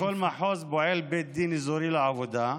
בכל מחוז פועל בית דין אזורי לעבודה,